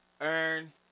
Earn